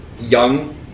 young